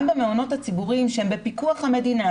גם במעונות הציבוריים שהם בפיקוח המדינה,